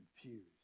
confused